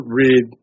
read